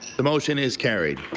the motion is carried.